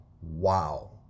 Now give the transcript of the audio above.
wow